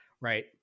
right